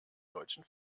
deutschen